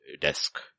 desk